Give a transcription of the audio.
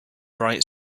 bright